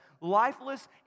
lifeless